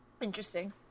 interesting